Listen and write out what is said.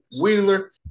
Wheeler